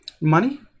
Money